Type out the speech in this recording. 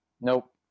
Nope